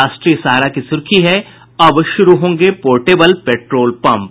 राष्ट्रीय सहारा की सुर्खी है अब शुरू होंगे पोर्टेबल पेट्रोल पंप